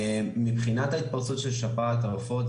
מבחינת ההתפרצות של שפעת העופות,